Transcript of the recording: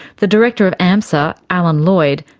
the director of amsa, alan lloyd,